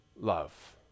Love